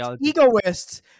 egoists